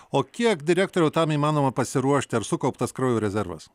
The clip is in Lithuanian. o kiek direktoriau tam įmanoma pasiruošti ar sukauptas kraujo rezervas